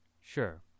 Sure